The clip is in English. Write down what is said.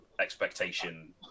expectation